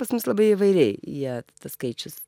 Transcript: pas mus labai įvairiai jie tas skaičius